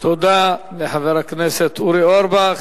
תודה לחבר הכנסת אורי אורבך.